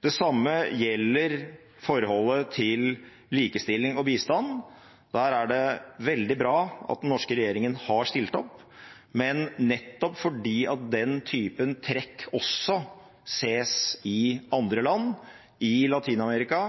Det samme gjelder forholdet til likestilling og bistand. Der er det veldig bra at den norske regjeringen har stilt opp, men nettopp fordi den typen trekk også ses i andre land, i Latin-Amerika